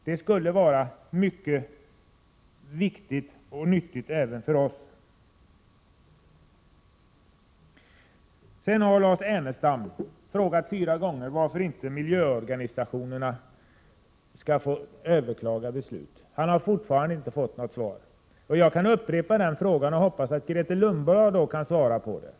Det skulle vara mycket viktigt och nyttigt även för oss. Lars Ernestam har fyra gånger frågat varför miljöorganisationerna inte skall få överklaga beslut. Han har fortfarande inte fått något svar. Jag kan bara upprepa frågan och hoppas att Grethe Lundblad kan svara på den.